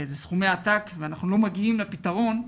זה סכומי עתק ואנחנו לא מגיעים לפתרון,